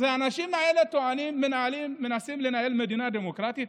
אז האנשים האלה מנסים לנהל מדינה דמוקרטית?